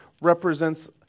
represents